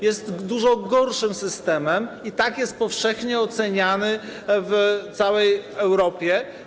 Jest on dużo gorszym systemem i tak jest powszechnie oceniany w całej Europie.